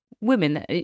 women